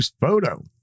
Photo